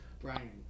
Brian